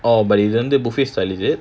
orh but இது வந்து:ithu wanthu buffet style is it